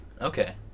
Okay